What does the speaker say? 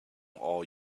all